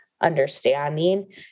understanding